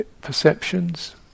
perceptions